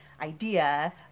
idea